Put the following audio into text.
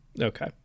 Okay